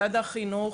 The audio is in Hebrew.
משרד החינוך,